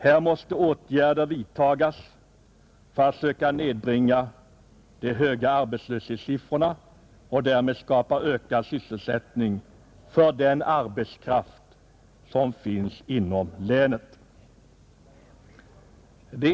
Här måste åtgärder vidtagas för att söka nedbringa de höga arbetslöshetssiffrorna och skapa ökad sysselsättning för den arbetskraft som finns inom länet.